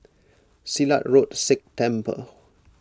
Silat Road Sikh Temple